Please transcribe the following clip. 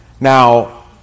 Now